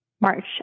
March